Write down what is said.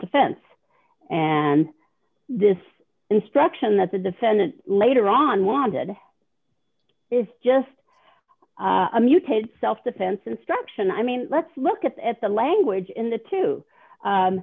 defense and this instruction that the defendant later on wanted is just a mutated self defense instruction i mean let's look at the language in the two